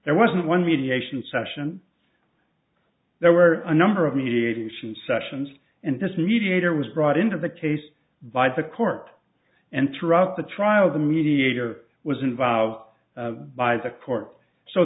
there wasn't one mediation session there were a number of mediation sessions and this mediator was brought into the case by the court and throughout the trial the mediator was involved by the court so